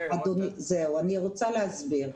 זהו, אני רוצה להסביר.